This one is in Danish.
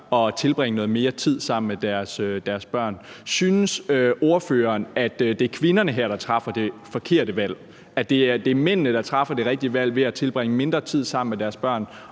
at tilbringe noget mere tid sammen med deres børn. Synes ordføreren, at det er kvinderne, der her træffer det forkerte valg – at det er mændene, der træffer det rigtige valg ved at tilbringe mindre tid sammen med deres børn,